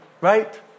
Right